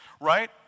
Right